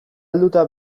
helduta